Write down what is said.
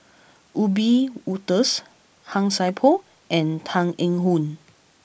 Wiebe Wolters Han Sai Por and Tan Eng Yoon